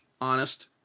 honest